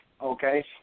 okay